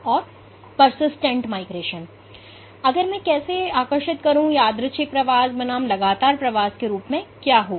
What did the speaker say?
तो अगर मैं कैसे आकर्षित करूं तो यादृच्छिक प्रवास बनाम लगातार प्रवास के रूप में क्या होगा